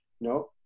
No